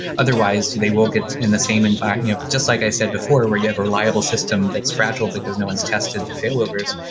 otherwise they will get in the same just like i said before, where you have a reliable system that's fragile because no one's tested the failovers.